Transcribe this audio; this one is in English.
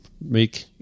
make